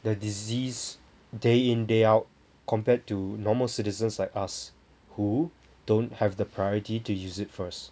the disease day in day out compared to normal citizens like us who don't have the priority to use it first